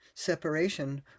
separation